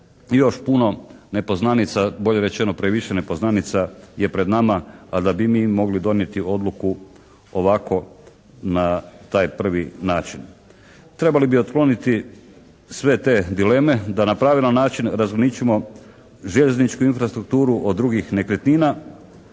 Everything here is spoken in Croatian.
još puno nepoznanica, bolje rečeno previše nepoznanica je pred nama a da bi mi mogli donijeti odluku ovako na taj prvi način. Trebali bi otkloniti sve te dileme da na pravilan način razumničimo željeznički infrastrukturu od drugih nekretnina